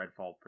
Redfall